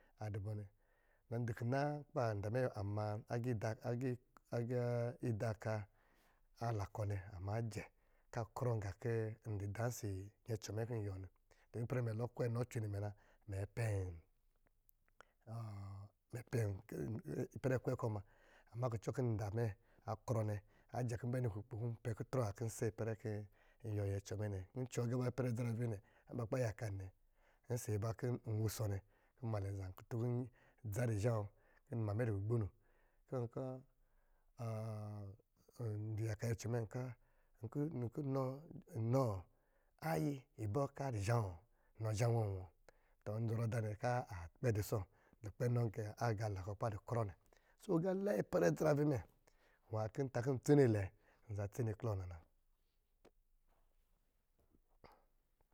Adɔ̄ bɔ̄ nɛ, ndɔ̄ kina kɔ̄ ba nda mɛ ama agiida ka anakɔ nɛ ama jɛ kɔ̄ a krɔ gā kɔ̄ ndɔ̄ da ɔsɔ̄ luco mɛ kɔ̄ nyuwɔɔ nɛ, tɔ ipɛrɛ nɛ lɔ kwɛ inɔ cwe nimɛ na mɛ pɛm ipɛrɛ kwe kɔ̄ mna ama kucɔ kɔ̄ nda mɛ akrɔ nɛ ajɛ kɔ̄ nbɛ ni kukpo kɔ̄ npɛ kutrɔ nwā kɔ̄ nsɛ ipɛrɛ dzarave mɛ nɛ, nkɔ̄ ncɔɔ agiiba kin ipɛrɛ idza rave mɛ nɛ ɔsɔ̄ iba kɔ̄ ncɔɔ nɛ kɔ̄ mmmalɛ azā kutun kɔ̄ dza dɔ̄ zhā wɔ̄ kɔ̄ mmamɛ dɔ̄ gugbono ndɔ̄ yaka lucɔ mɛ nkɔ̄ aye mbɔ̄ kɔ̄ a dɔ̄ zha wɔ̄? Inɔ zhā awɔ̄-wɔ̄ tɔ ndɔ̄ zɔrɔ dā kō akpɛ dusɔ̄, lukpɛ nɔ kɛ agā aana kɔ̄ ba dɔ̄ krɔ nɛ agā lɛɛ ipɛrɛ idza rave mɛ nwā kɔ̄ ntā kɔ̄ ntsen nɛ nzā tesen klɔɔ na na.